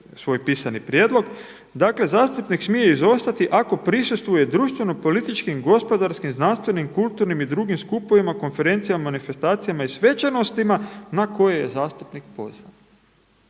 svoj pisani prijedlog. Dakle zastupnik smije izostati ako prisustvuje društveno političkim, gospodarskim, znanstvenim, kulturnim i drugim skupovima, konferencijama, manifestacijama i svečanostima na koje je zastupnik pozvan.